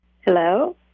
Hello